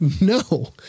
No